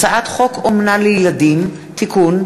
הצעת חוק אומנה לילדים (תיקון,